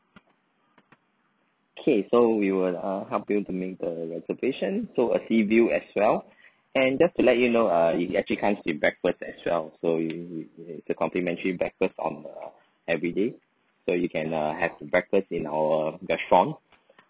K so we will uh help you to make the reservation so a sea view as well and just to let you know uh it actually comes with breakfast as well so with with with the complimentary breakfast on uh everyday so you can uh have breakfast in our restaurant